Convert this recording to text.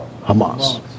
Hamas